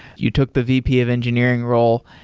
you took the vp of engineering role.